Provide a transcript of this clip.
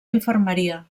infermeria